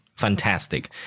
Fantastic